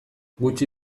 gutxi